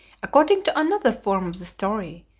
according to another form of the story,